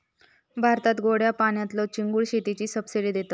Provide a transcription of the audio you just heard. भारतात गोड्या पाण्यातल्या चिंगूळ शेतीवर सबसिडी देतत